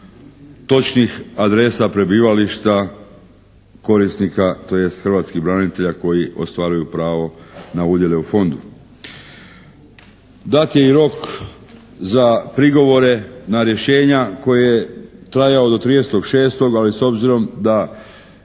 točnih adresa prebivališta korisnika, tj. hrvatskih branitelja koji ostvaruju pravo na udjele u fondu. Dat je i rok za prigovore na rješenja koji je trajao do 30.6. ali s obzirom da